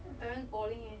!wah! parents balling eh